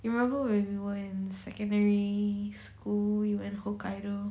you remember when we were in secondary school we went hokkaido